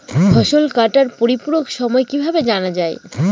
ফসল কাটার পরিপূরক সময় কিভাবে জানা যায়?